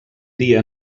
dia